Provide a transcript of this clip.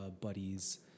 buddies